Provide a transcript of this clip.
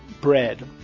bread